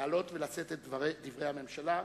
לעלות ולשאת את דברי הממשלה,